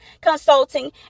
consulting